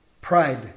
Pride